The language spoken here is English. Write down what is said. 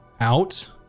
out